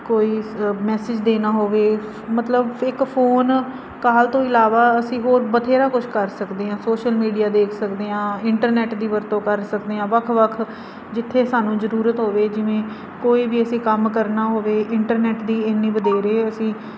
ਕੋਈ ਮੈਸੇਜ ਦੇਣਾ ਹੋਵੇ ਮਤਲਬ ਇੱਕ ਫੋਨ ਕਾਲ ਤੋਂ ਇਲਾਵਾ ਅਸੀਂ ਹੋਰ ਬਥੇਰਾ ਕੁਝ ਕਰ ਸਕਦੇ ਹਾਂ ਸੋਸ਼ਲ ਮੀਡੀਆ ਦੇਖ ਸਕਦੇ ਹਾਂ ਇੰਟਰਨੈਟ ਦੀ ਵਰਤੋਂ ਕਰ ਸਕਦੇ ਹਾਂ ਵੱਖ ਵੱਖ ਜਿੱਥੇ ਸਾਨੂੰ ਜ਼ਰੂਰਤ ਹੋਵੇ ਜਿਵੇਂ ਕੋਈ ਵੀ ਅਸੀਂ ਕੰਮ ਕਰਨਾ ਹੋਵੇ ਇੰਟਰਨੈਟ ਦੀ ਇੰਨੀ ਵਧੇਰੇ ਅਸੀਂ